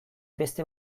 beste